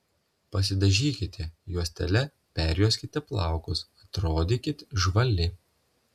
pasidažykite juostele perjuoskite plaukus atrodykit žvali